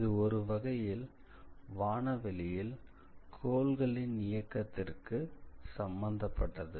இது ஒருவகையில் வானவெளியில் கோள்களின் இயக்கத்திற்கு சம்பந்தப்பட்டது